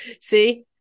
See